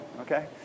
okay